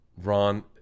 ron